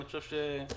אני חושב שזהו.